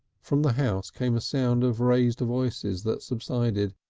from the house came a sound of raised voices that subsided,